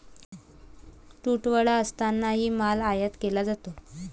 तुटवडा असतानाही माल आयात केला जातो